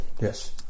Yes